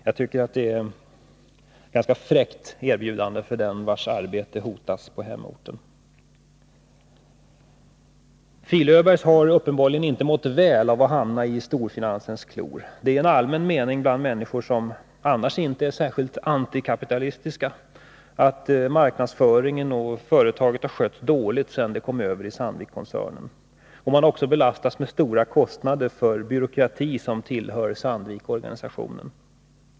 Jag tycker att det är ett ganska fräckt erbjudande till dem vilkas arbete hotas på hemorten. Fil-Öbergs har uppenbarligen inte mått väl av att hamna i storfinansens klor. Det är en allmän mening bland människor som annars inte är särskilt antikapitalistiska, att marknadsföringen och företaget har skötts dåligt sedan det kom över till Sandvikkoncernen. Man har också belastats med stora kostnader för byråkrati som tillhör Sandvikorganisationen.